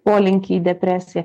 polinkį į depresiją